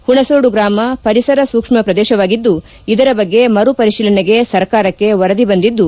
ಹುಣಸೋಡು ಗಾಮ ಪರಿಸರ ಸೂಕ್ಷ್ಮ ಪ್ರದೇಶವಾಗಿದ್ದು ಇದರ ಬಗ್ಗೆ ಮರುಪರಿತೀಲನೆಗೆ ಸರ್ಕಾರಕ್ಷೆ ವರದಿ ಬಂದಿದ್ದು